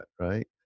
right